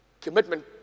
commitment